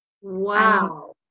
Wow